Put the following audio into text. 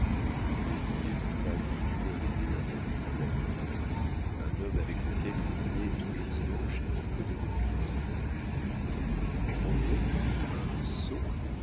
ne devriez-vous pas lui écrire d'aider un ami qu'il a compromis un homme avec lequel il dînait tous les dimanches et qu'il connaît depuis vingt ans roguin un sot